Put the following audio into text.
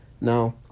Now